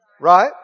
Right